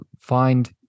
find